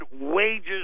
wages